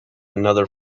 another